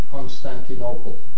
Constantinople